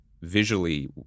visually